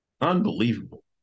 Unbelievable